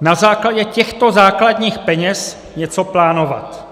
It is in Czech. na základě těchto základních peněz něco plánovat.